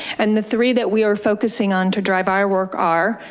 and the three that we are focusing on to drive our work are,